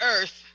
Earth